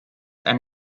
ein